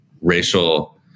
racial